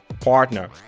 partner